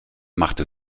machte